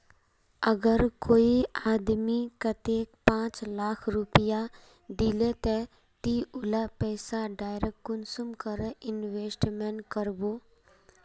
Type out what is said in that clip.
अगर कोई आदमी कतेक पाँच लाख रुपया दिले ते ती उला पैसा डायरक कुंसम करे इन्वेस्टमेंट करबो?